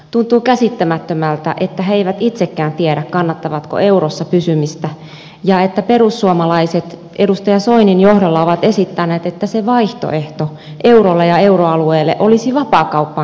tuntuu käsittämättömältä että he eivät itsekään tiedä kannattavatko eurossa pysymistä ja että perussuomalaiset edustaja soinin johdolla ovat esittäneet että se vaihtoehto eurolle ja euroalueelle olisi vapaakauppaan siirtyminen